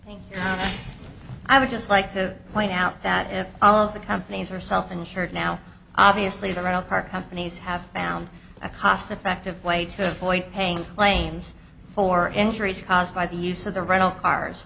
bottle thing i would just like to point out that all of the companies are self insured now obviously the rental car companies have found a cost effective way to avoid paying claims for injuries caused by the use of the rental cars